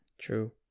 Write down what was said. True